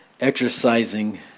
Exercising